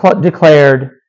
declared